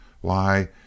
Why